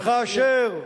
כבוד השר,